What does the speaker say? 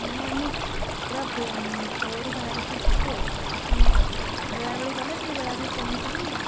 ନାଇଁ ଆମେ ପୁରା ଭୋ ଭୋରୁ ବାହାରିକି ଯିବୁ ଆଉ ମାନେ ବେଳେବେଳି ଗଲେ ଟିକେ ବେଳେବେଳି ପହଞ୍ଚିକି